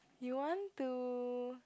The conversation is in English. you want to